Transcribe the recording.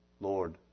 Lord